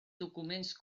documents